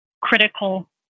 critical